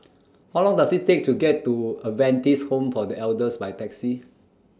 How Long Does IT Take to get to Adventist Home For The Elders By Taxi